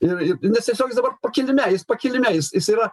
ir ir nes tiesiog jis dabar pakilime jis pakilime jis jis yra